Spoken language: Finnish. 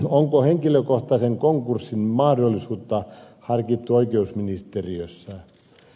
onko henkilökohtaisen konkurssin mahdollisuutta harkittu oikeusministeriössä